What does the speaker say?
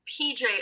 PJ